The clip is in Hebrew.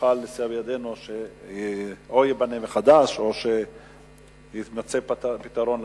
תוכל לסייע בידנו או שייבנה מחדש או שיימצא לו פתרון,